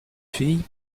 fille